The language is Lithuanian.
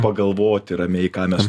pagalvoti ramiai ką mes